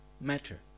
matter